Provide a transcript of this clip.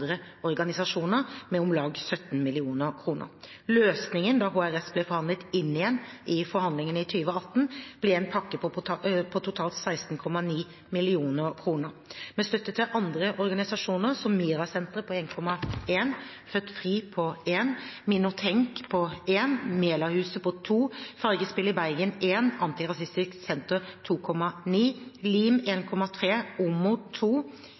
organisasjoner med om lag 17 mill. kr. Løsningen da HRS ble forhandlet inn igjen i forhandlingene i 2018, ble en pakke på totalt 16,9 mill. kr, med støtte til andre organisasjoner: MiRA-Senteret: 1,1 mill. kr Født Fri: 1,0 mill. kr Minotenk:1,0 mill. kr Melahuset: 2,0 mill. kr Fargespill Bergen: 1,0 mill. kr Antirasistisk senter: 2,9 mill. kr LIM: 1,3 mill. kr OMOD: 2 mill. kr ICAN: 0,6 mill. kr Norske leger mot